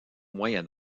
moyen